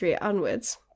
Onwards